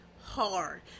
hard